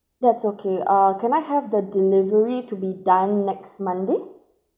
that's okay uh can I have the delivery to be done next monday